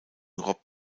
rob